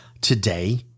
today